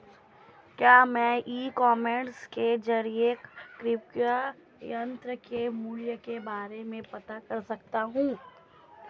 क्या मैं e commerce के ज़रिए कृषि यंत्र के मूल्य के बारे में पता कर सकता हूँ?